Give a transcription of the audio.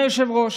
אדוני היושב-ראש,